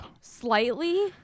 Slightly